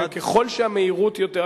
ככל שהמהירות גבוהה יותר,